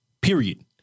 Period